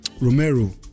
Romero